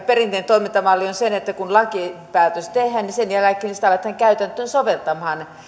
perinteinen toimintamalli on se että kun lakipäätös tehdään niin sen jälkeen sitä aletaan käytäntöön soveltaa